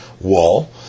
wall